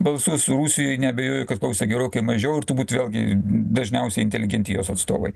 balsus rusijoj neabejoju kad klausė gerokai mažiau ir turbūt vėlgi dažniausiai inteligentijos atstovai